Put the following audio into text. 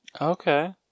Okay